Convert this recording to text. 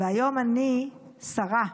והיום אני, שרה,